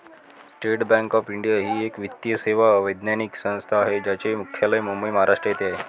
state Bank of India ही एक वित्तीय सेवा वैधानिक संस्था आहे ज्याचे मुख्यालय मुंबई, महाराष्ट्र येथे आहे